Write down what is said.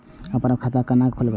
हम अपन खाता केना खोलैब?